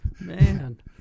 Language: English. Man